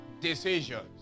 decisions